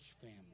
family